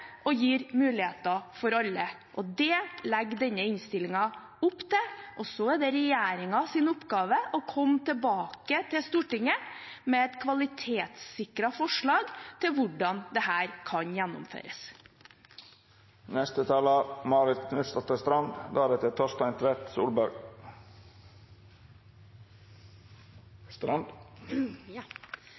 og gir muligheter for alle, og det legger denne innstillingen opp til. Så er det regjeringens oppgave å komme tilbake til Stortinget med et kvalitetssikret forslag til hvordan dette kan gjennomføres. Jeg registrerer at jeg nå er i ferd med å bli møteplager i dagens møte, og det